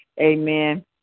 amen